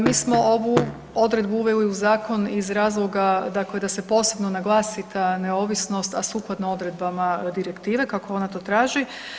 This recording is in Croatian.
Mi smo ovu odredbu uveli u zakon iz razloga dakle da se posebno naglasi ta neovisnost, a sukladno odredbama direktive kako ona to traži.